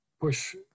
push